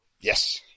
Yes